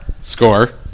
Score